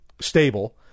stable